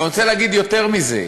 אבל אני רוצה להגיד יותר מזה: